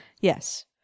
Yes